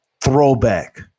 throwback